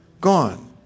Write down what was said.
gone